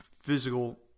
Physical